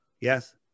Yes